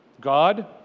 God